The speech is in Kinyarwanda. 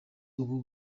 ubu